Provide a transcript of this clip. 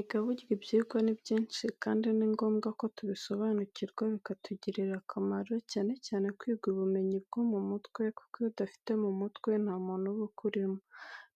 Erega burya ibyigwa ni byinshi kandi ni ngombwa ko tubisobanukirwa bikatugirira akamaro, cyane cyane kwiga ubumenyi bwo mu mutwe, kuko iyo udafite mu mutwe nta muntu uba ukurimo.